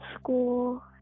school